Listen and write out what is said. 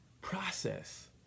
process